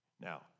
Now